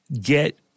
get